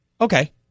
okay